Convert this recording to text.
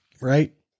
right